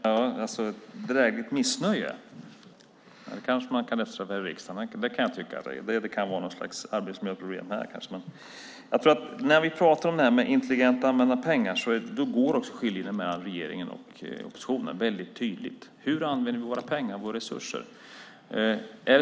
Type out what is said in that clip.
Herr talman! Ett drägligt missnöje - så kanske man kan säga om riksdagen. Det kan jag tycka kan vara något slags arbetsmiljöproblem här. När vi pratar om intelligent använda pengar ser man att det går en tydlig skiljelinje mellan regeringen och oppositionen. Hur använder vi våra pengar och våra resurser?